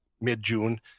mid-June